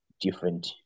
different